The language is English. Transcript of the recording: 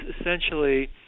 essentially